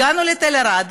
הגענו לתל-ערד,